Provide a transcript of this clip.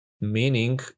meaning